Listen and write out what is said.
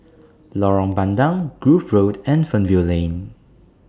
Lorong Bandang Grove Road and Fernvale Lane